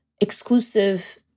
exclusive